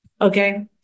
okay